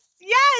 Yes